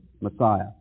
Messiah